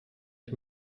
ich